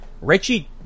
Richie